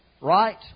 right